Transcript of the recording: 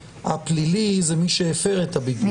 הפלילי זה מי שהפר את הבידוד.